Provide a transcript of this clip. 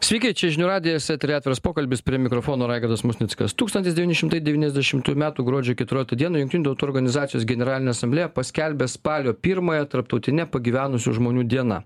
sveiki čia žinių radijas eteryje atviras pokalbis prie mikrofono raigardas musnickas tūkstantis devyni šimtai devyniasdešimtųjų metų gruodžio keturioliktą dieną jungtinių tautų organizacijos generalinė asamblėja paskelbė spalio pirmąją tarptautine pagyvenusių žmonių diena